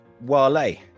Wale